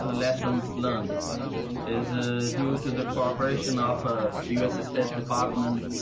ah lessons learned is ah due to the cooperation of ah the u s. state department,